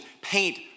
paint